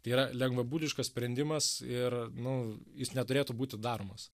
tai yra lengvabūdiškas sprendimas ir nu jis neturėtų būti daromos